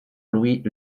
louis